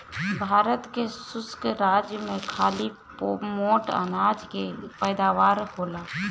भारत के शुष्क राज में खाली मोट अनाज के पैदावार होखेला